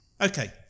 Okay